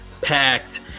packed